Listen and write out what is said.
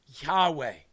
Yahweh